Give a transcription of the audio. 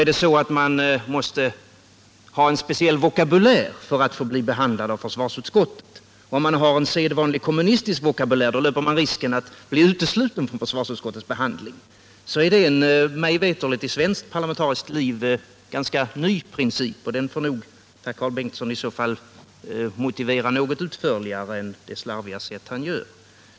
Är det så att en motion måste ha en speciell vokabulär för att bli behandlad av försvarsutskottet och att man, om en motion har en sedvanlig kommunistisk vokabulär, löper risken att få den utesluten från försvarsutskottets behandling, så är det mig veterligt en i svenskt parlamentariskt liv ny princip. Den får nog herr Karl Bengtsson motivera något utförligare än på det slarviga sätt han nu gjort.